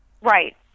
Right